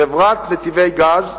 חברת "נתיבי גז"